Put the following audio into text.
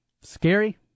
Scary